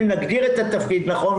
אם נגדיר את התפקיד נכון,